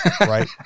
right